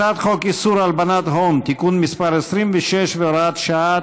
הצעת חוק איסור הלבנת הון (תיקון מס' 26 והוראת שעה),